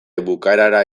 bukaerara